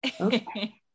Okay